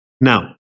now